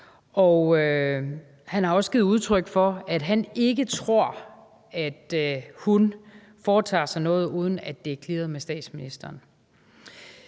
Og han har også givet udtryk for, at han ikke tror, at hun foretager sig noget, uden at det er clearet med statsministeren.